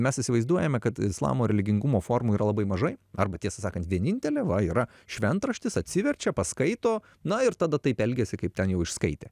mes įsivaizduojame kad islamo religingumo formų yra labai mažai arba tiesą sakant vienintelė va yra šventraštis atsiverčia paskaito na ir tada taip elgiasi kaip ten jau išskaitė